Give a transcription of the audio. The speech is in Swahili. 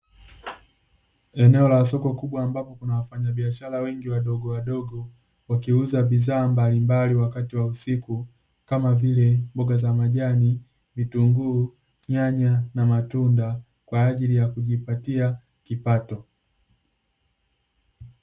Eneo la soko kubwa ambapo kuna wafanyabiashara wengi wadogo wadogo, wakiuza bidhaa mbalimbali wakati wa usiku, kama vile mboga za majani, vitunguu, nyanya na matunda, kwa ajili ya kujipatia kipato.